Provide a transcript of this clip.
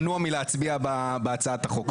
מנוע מלהצביע בהצעת החוק הזאת.